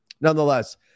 nonetheless